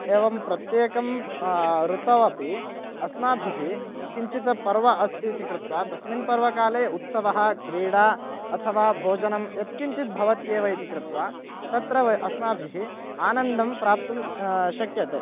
एवं प्रत्येकं ऋतौ अपि अस्माभिः किञ्चित् पर्व अस्ति इति कृत्वा तस्मिन् पर्वकाले उत्सवः क्रीडा अथवा भोजनं यत्किञ्चित् भवत्येव इति कृत्वा तत्र वयम् अस्माभिः आनन्दं प्राप्तुं शक्यते